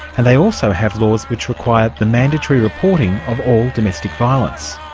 and they also have laws which require the mandatory reporting of all domestic violence.